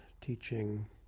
teaching